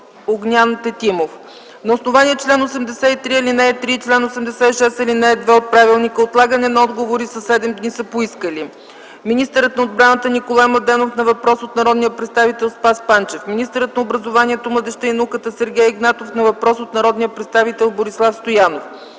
Огнян Тетимов. На основание чл. 83, ал. 3 и чл. 86, ал. 2 от правилника отлагане на отговори със седем дни са поискали: - министърът на отбраната Николай Младенов на въпрос от народния представител Спас Панчев; - министърът на образованието, младежта и науката Сергей Игнатов на въпрос от народния представител Борислав Стоянов.